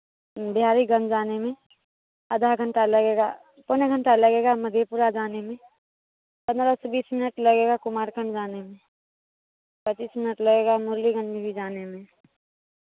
बिहारीगंज जाने में आधा घंटा लगेगा पौने घंटा लगेगा मधेपुरा जाने में पंद्रह से बीस मिनट लगेगा कुमारखंड जाने में पच्चीस मिनट लगेगा मुरलीगंज भी जाने में